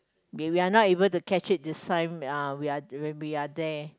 we we are not able to catch it this time uh we are when we are there